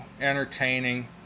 entertaining